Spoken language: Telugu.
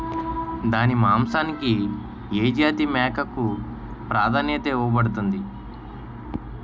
దాని మాంసానికి ఏ జాతి మేకకు ప్రాధాన్యత ఇవ్వబడుతుంది?